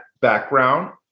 background